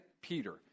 Peter